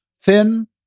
Thin